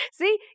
See